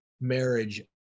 marriage